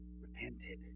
Repented